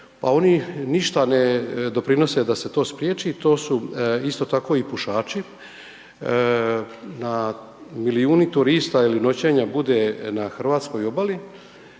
a oni ništa ne doprinose da se to spriječi. To su isto tako i pušači, na milijuni turista ili noćenja bude na hrvatskoj obali,